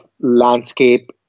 landscape